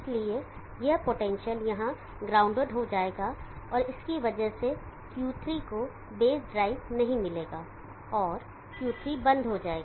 इसलिए यह पोटेंशियल यहां ग्राउंडेड हो जाएगा और इसकी वजह से Q3 को बेस ड्राइव नहीं मिलेगा और Q3 बंद हो जाएगा